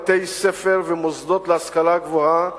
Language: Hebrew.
בתי-ספר ומוסדות להשכלה גבוהה,